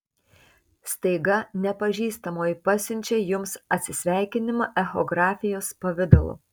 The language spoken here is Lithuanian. staiga nepažįstamoji pasiunčia jums atsisveikinimą echografijos pavidalu